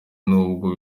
n’ubwo